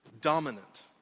dominant